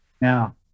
Now